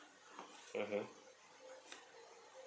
mmhmm